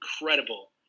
incredible